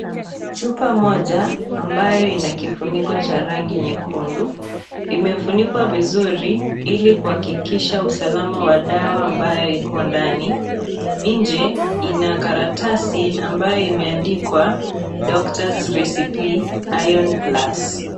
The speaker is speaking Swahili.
Chupa moja ambayo ina kifuniko cha rangi nyekundu imefunikwa vizuri ili kuhakikisha usalama wa dawa ambayo iko ndani nje kina karatasi ambayo imeandikwa doctors recipe iron plus .